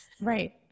Right